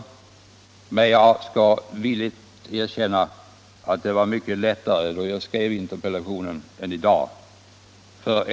Men jag skall villigt erkänna att det var mycket lättare att vara det då jag skrev interpellationen än det är att vara det i dag.